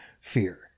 fear